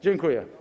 Dziękuję.